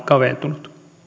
kaventunut